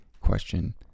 question